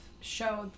show